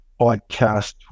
podcast